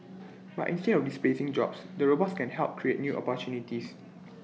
but instead of displacing jobs the robots can help create new opportunities